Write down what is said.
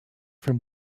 from